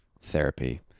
therapy